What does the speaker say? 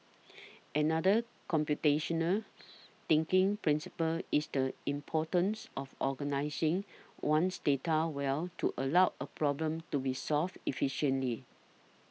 another computational thinking principle is the importance of organising one's data well to allow a problem to be solved efficiently